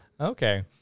Okay